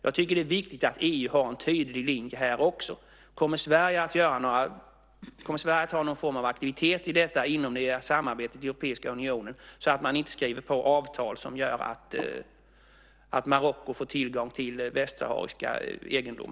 Jag tycker att det är viktigt att EU har en tydlig linje här också. Kommer Sverige att ha någon form av aktivitet inom samarbetet i Europeiska unionen så att man inte skriver på avtal som gör att Marocko får tillgång till västsaharisk egendom?